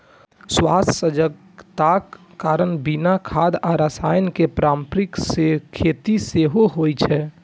स्वास्थ्य सजगताक कारण बिना खाद आ रसायन के पारंपरिक खेती सेहो होइ छै